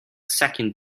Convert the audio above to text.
second